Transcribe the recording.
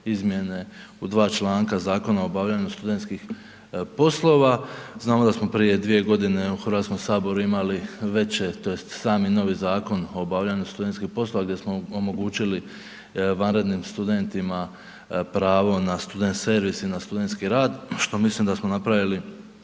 izmjene u dva članka Zakona o obavljanju studentskih poslova, znamo da smo prije 2 g. u Hrvatskom saboru imali veće, tj. sami novi Zakon o obavljaju studentskih poslova gdje smo omogućili vanrednim studentima pravo na student servis i na studentski rad što mislim da smo napravili